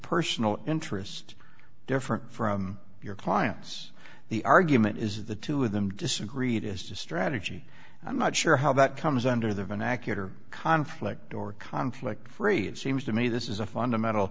personal interest different from your clients the argument is the two of them disagreed as to strategy i'm not sure how that comes under the vernacular conflict or conflict free it seems to me this is a fundamental